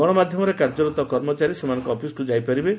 ଗଣମାଧ୍ଧମରେ କାର୍ଯ୍ୟରତ କର୍ମଚାରୀ ମଧ୍ଧ ସେମାନଙ୍କ ଅଫିସକୁ ଯାଇପାରିବେ